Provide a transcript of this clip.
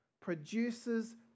produces